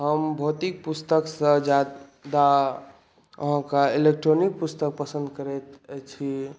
हम भौतिक पुस्तकसँ ज्यादा अहाँकेँ इलेक्ट्रॉनिक पुस्तक पसन्द करैत छी